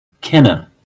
Kenna